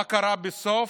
מה קרה בסוף?